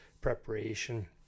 preparation